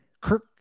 Kirk